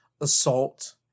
assault